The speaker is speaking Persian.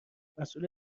مسئول